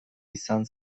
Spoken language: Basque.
izan